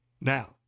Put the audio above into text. Now